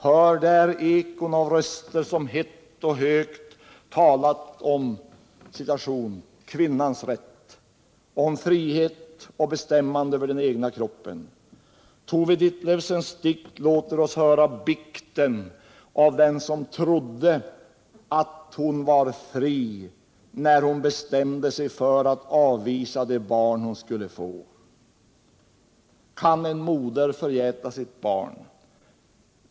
Hör där ekon av röster som hett och högt talat om ”kvinnans rätt”, om frihet och bestämmande över den egna kroppen. Tove Ditlevsens dikt låter oss höra bikten av den som trodde att hon var fri när hon bestämde sig för att avvisa det barn hon skulle få. Kan en moder förgäta sitt barn?